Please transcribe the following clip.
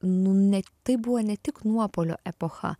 nu ne tai buvo ne tik nuopuolio epocha